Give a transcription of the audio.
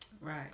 Right